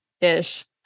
ish